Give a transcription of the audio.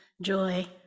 joy